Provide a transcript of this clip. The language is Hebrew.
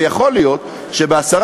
ויכול להיות שב-10%,